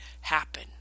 happen